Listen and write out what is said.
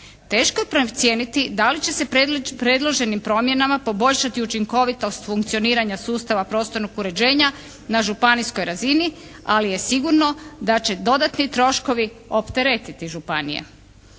Teško je procijeniti da li će se predloženim promjenama poboljšati učinkovitost funkcioniranja sustava prostornog uređenja na županijskoj razini, ali je sigurno da će dodatni troškovi opteretiti županije.